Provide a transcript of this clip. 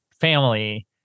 family